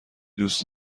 دوست